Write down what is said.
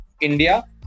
India